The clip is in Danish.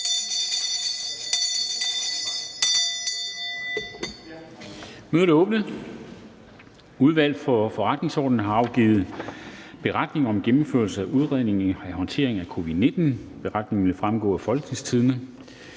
Mødet er åbnet. Udvalget for Forretningsordenen har afgivet: Beretning om gennemførelsen af en udredning om håndteringen af covid-19. (Beretning nr. 4). Beretningen vil fremgå af folketingstidende.dk.